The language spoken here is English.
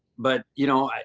but, you know,